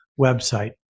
website